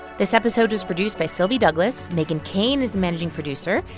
this episode was produced by sylvie douglis. meghan keane is the managing producer.